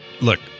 look